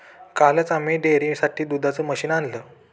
कालच आम्ही डेअरीसाठी दुधाचं मशीन आणलं